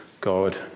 God